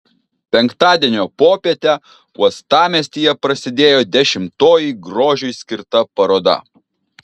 penktadienio popietę uostamiestyje prasidėjo dešimtoji grožiui skirta paroda